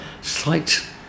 slight